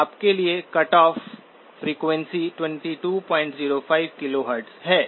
तो इसके लिए कट ऑफ फ्रीक्वेंसी 2205 KHz है ठीक है